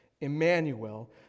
Emmanuel